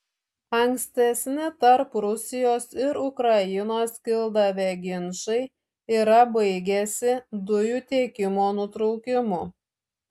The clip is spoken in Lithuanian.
ankstesni tarp rusijos ir ukrainos kildavę ginčai yra baigęsi dujų tiekimo nutraukimu